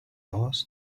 asked